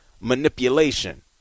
manipulation